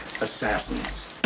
assassins